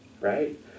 Right